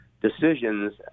decisions –